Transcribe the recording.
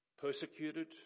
persecuted